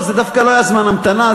זה דווקא לא היה זמן המתנה,